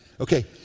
Okay